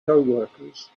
coworkers